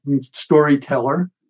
storyteller